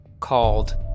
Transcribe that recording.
called